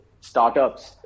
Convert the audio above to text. startups